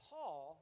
Paul